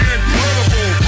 Incredible